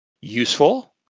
useful